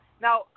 now